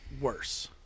worse